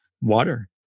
water